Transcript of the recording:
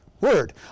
word